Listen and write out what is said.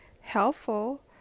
helpful